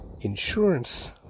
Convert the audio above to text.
insurance